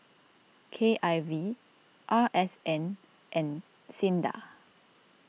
K I V R S N and Sinda